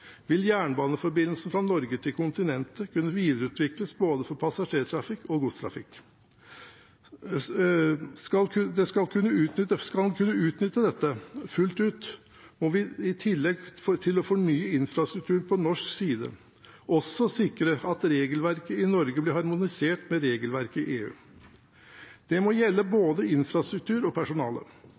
vil jernbaneforbindelsen fra Norge til kontinentet kunne videreutvikles for både passasjertrafikk og godstrafikk. Skal en kunne utnytte dette fullt ut, må vi i tillegg til å fornye infrastrukturen på norsk side også sikre oss at regelverket i Norge blir harmonisert med regelverket i EU. Det må gjelde både infrastruktur og personale.